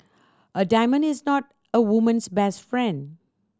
a diamond is not a woman's best friend